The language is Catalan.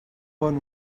bon